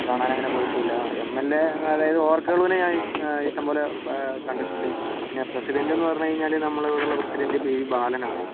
കാണാൻ അങ്ങനെ പോയിട്ടുമില്ല എം എൽ എ അതായത് ഒ ആർ കേളുവിനെ ഞാൻ ഇഷ്ടംപോലെ പ കണ്ടിട്ടുണ്ട് പിന്നെ പ്രസിഡൻറ്റ് എന്ന് പറഞ്ഞുകഴിഞ്ഞാൽ നമ്മുടെ ഇവിടെയുള്ള പ്രസിഡൻറ്റ് പി വി ബാലൻ ആണ്